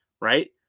right